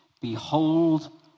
Behold